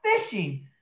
fishing